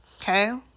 okay